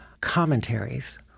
commentaries